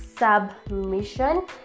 Submission